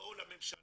תבואו לממשלה,